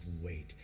wait